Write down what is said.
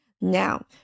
Now